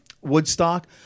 Woodstock